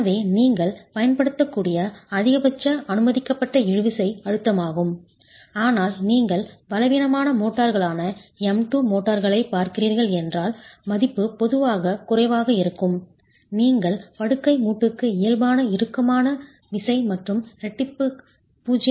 எனவே நீங்கள் பயன்படுத்தக்கூடிய அதிகபட்ச அனுமதிக்கப்பட்ட இழுவிசை அழுத்தமாகும் ஆனால் நீங்கள் பலவீனமான மோர்டார்களான M2 மோர்டார்களைப் பார்க்கிறீர்கள் என்றால் மதிப்பு பொதுவாக குறைவாக இருக்கும் நீங்கள் படுக்கை மூட்டுக்கு இயல்பான இறுக்கமான விசை மற்றும் இரட்டிப்புக்கு 0